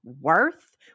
worth